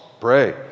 pray